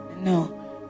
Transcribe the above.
no